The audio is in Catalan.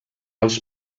als